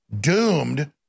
doomed